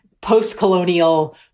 post-colonial